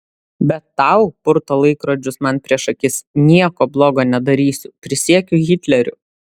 bet tau purto laikrodžius man prieš akis nieko blogo nedarysiu prisiekiu hitleriu